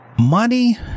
money